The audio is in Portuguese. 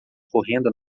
correndo